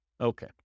Okay